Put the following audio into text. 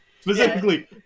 Specifically